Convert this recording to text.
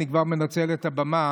ואני כבר מנצל את הבמה,